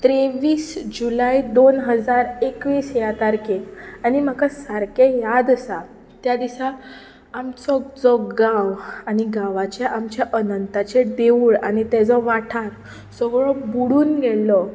त्रेवीस जुलाय दोन हजार एकवीस ह्या तारखेक आनी म्हाका सारकें याद आसा त्या दिसा आमचो जो गांव आनी गांवांचें आमचें अनंथाचें देवूळ आनी तेजो वाठार सगळो बुडून गेल्लो